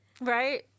right